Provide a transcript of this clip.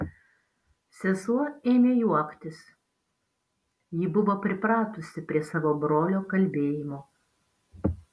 sesuo ėmė juoktis ji buvo pripratusi prie savo brolio kalbėjimo